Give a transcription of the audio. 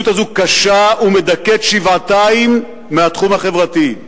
קשה ומדכאת שבעתיים מהתחום החברתי.